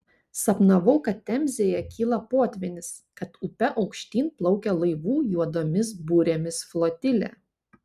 sapnavau kad temzėje kyla potvynis kad upe aukštyn plaukia laivų juodomis burėmis flotilė